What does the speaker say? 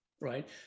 right